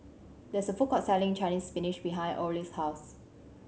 there is a food court selling Chinese Spinach behind Orley's house